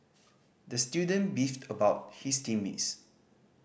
the student beefed about his team mates